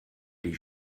die